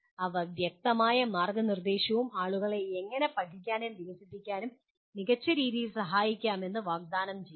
അവർ വ്യക്തമായ മാർഗ്ഗനിർദ്ദേശവും ആളുകളെ എങ്ങനെ പഠിക്കാനും വികസിപ്പിക്കാനും മികച്ച രീതിയിൽ സഹായിക്കാമെന്നും വാഗ്ദാനം ചെയ്യുന്നു